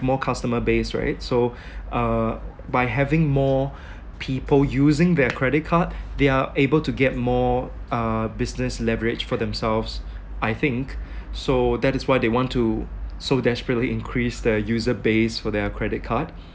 more customer base right so uh by having more people using their credit card they are able to get more uh business leverage for themselves I think so that is why they want to so desperately increase their user base for their credit card